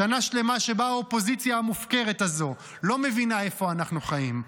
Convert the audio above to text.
שנה שלמה שבה האופוזיציה המופקרת הזו לא מבינה איפה אנחנו חיים,